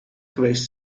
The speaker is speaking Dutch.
geweest